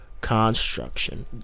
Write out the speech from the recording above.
construction